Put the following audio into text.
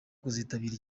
kuzitabira